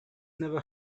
never